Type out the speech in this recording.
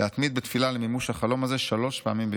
להתמיד בתפילה למימוש החלום הזה שלוש פעמים ביום.